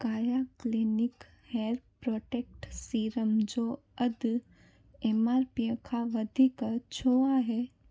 काया clinic hair protect serum जो अघि एम आर पी खां वधीक छो आहे